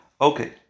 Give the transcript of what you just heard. Okay